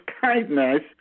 kindness